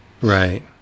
right